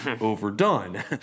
overdone